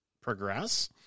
progress